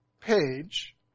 page